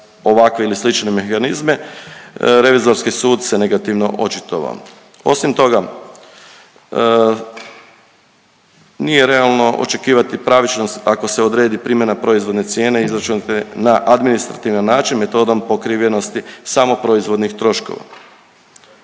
ovakve ili slične mehanizme, revizorski sud se negativno očitovao. Osim toga, nije realno očekivati pravičnost ako se odredi primjena proizvodne cijene izračunate na administrativan način metodom pokrivenosti samo proizvodnih troškova.